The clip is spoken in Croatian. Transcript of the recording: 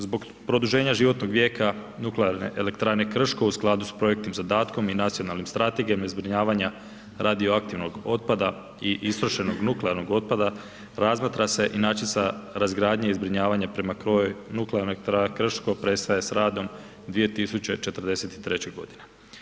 Zbog produženja životnog vijeka Nuklearne elektrane Krško u skladu sa projektnim zadatkom i nacionalnim strategijama i zbrinjavanja radioaktivnog otpada i istrošenog nuklearnog otpada, razmatra se inačica razgradnje i zbrinjavanje prema kojoj Nuklearna elektrana Krško prestaje s radom 2043. godine.